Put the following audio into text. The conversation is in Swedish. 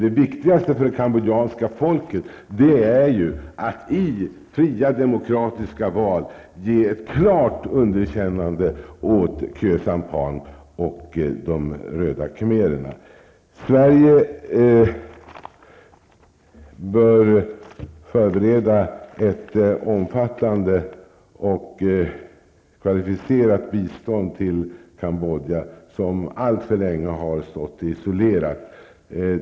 Det viktiga för det kambodjanska folket är att i fria, demokratiska val ge klart underkännande åt Khieu Sampan och de röda kahmererna. Sverige bör förbereda ett omfattande och kvalificerat bistånd till Kambodja, som alltför länge har stått isolerat.